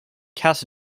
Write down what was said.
cast